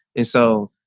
and so,